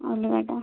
ଅଲ୍ଗା ଟା